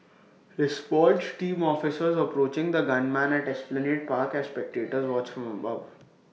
response team officers approaching the gunman at esplanade park as spectators watch from above